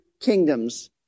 kingdoms